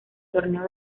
torneo